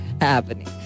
happening